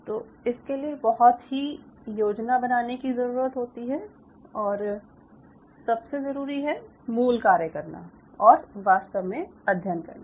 तो इसके लिए बहुत ही योजना बनाने की ज़रूरत होती है और सबसे ज़रूरी है मूल कार्य करना और वास्तव में अध्ययन करना